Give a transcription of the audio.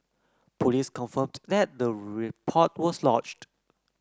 police confirmed that the report was lodged